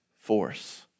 force